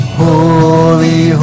holy